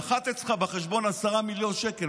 נחתו אצלך בחשבון 10 מיליון שקל,